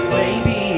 baby